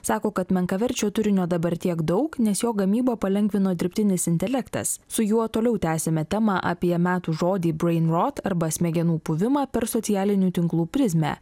sako kad menkaverčio turinio dabar tiek daug nes jo gamybą palengvino dirbtinis intelektas su juo toliau tęsiame temą apie metų žodį brain rot arba smegenų puvimą per socialinių tinklų prizmę